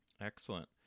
Excellent